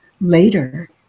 later